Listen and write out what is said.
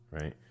Right